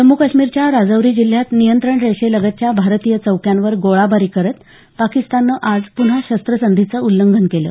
जम्मू काश्मीरच्या राजौरी जिल्ह्यात नियंत्रणरेषेलगतच्या भारतीय चौक्यांवर गोळाबारी करत पाकिस्ताननं आज पुन्हा शस्त्रसंधीचं उल्लंघन केलं